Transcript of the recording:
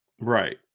Right